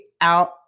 out